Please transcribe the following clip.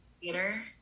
Theater